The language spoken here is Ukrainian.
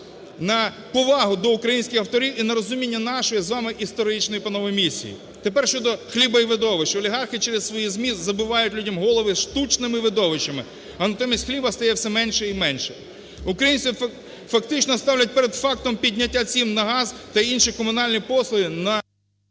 на повагу до українських авторів і на розуміння нашої з вами історичної, панове, місії. Тепер щодо хліба і видовищ. Олігархи через свої ЗМІ забивають людям голови штучними видовищами, а натомість хліба стає все менше і менше. Українців фактично ставлять перед фактом підняття цін на газ та інші комунальні послуги…